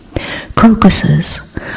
Crocuses